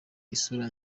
isura